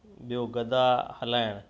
ॿियो गदा हलाइणु